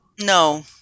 No